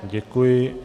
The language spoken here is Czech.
Děkuji.